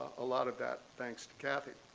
a lot of that thanks to kathy.